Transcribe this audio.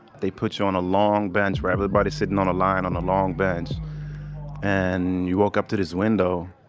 they put you on a long bench, where everybody's sitting on a line on a long bench and you walk up to this window.